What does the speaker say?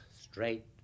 straight